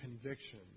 conviction